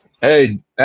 Hey